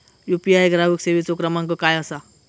UPI ग्राहक सेवेचो क्रमांक काय असा?